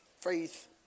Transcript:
faith